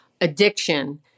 addiction